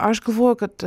aš galvoju kad